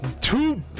Two